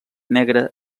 negra